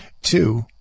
Two